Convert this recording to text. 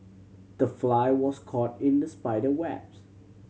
the fly was caught in the spider webs